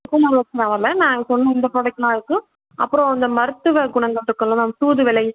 cucumber வச்சு வரலை நாங்கள் சொன்ன இந்த ப்ராடக்டெலாம் இருக்குது அப்புறம் இந்த மருத்துவ குணங்கள்ருக்கும்லை மேம் தூதுவளை